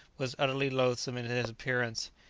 was utterly loathsome in his appearance,